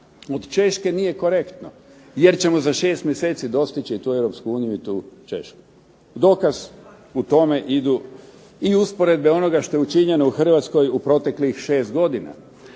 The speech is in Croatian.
od Češke nije korektno, jer ćemo za 6 mjeseci dostići tu Europsku uniju i tu Češku. Dokaz u tome idu i usporedbe onoga što je učinjeno u Hrvatskoj u proteklih 6 godina,